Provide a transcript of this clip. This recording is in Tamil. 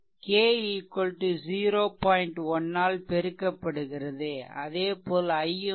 1 ஆல் பெருக்கப்படுகிறது அதேபோல் I ம் k0